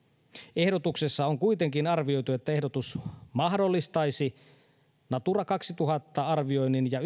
ehdotuksessa on kuitenkin arvioitu että ehdotus mahdollistaisi natura kaksituhatta arvioinnin ja